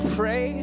pray